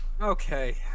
Okay